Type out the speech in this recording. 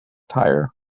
tire